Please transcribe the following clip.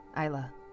Isla